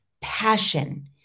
passion